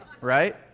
right